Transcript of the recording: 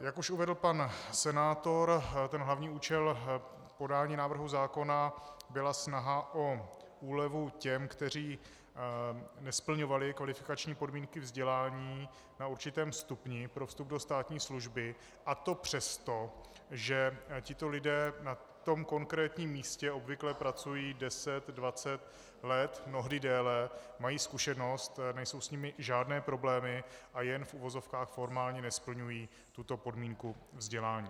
Jak už uvedl pan senátor, hlavní účel podání návrhu zákona byla snaha o úlevu těm, kteří nesplňovali kvalifikační podmínky vzdělání na určitém stupni pro vstup do státní služby, a to přesto, že tito lidé v tom konkrétním místě obvykle pracují deset dvacet let, mnohdy déle, mají zkušenost, nejsou s nimi žádné problémy a jen v uvozovkách formálně nesplňují tuto podmínku vzdělání.